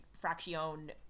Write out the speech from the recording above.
fraction